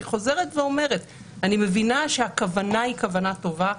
אני חוזרת ואומרת שאני מבינה שהכוונה היא כוונה טובה,